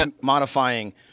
modifying